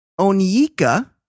Onyika